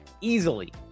easily